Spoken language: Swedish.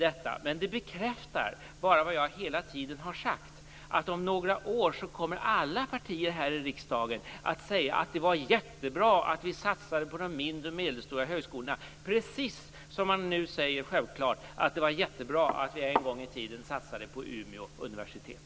Det bekräftar bara vad jag hela tiden har sagt, att om några år kommer alla partier här i riksdagen att säga att det var jättebra att vi satsade på de mindre och medelstora högskolorna, precis som de nu säger att det var jättebra att vi en gång i tiden satsade på Umeå universitet.